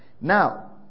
Now